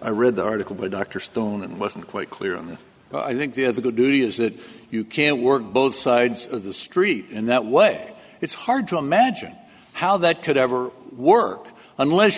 i read the article by dr stone and wasn't quite clear on this but i think they have a good duty is that you can't work both sides of the street and that way it's hard to imagine how that could ever work unless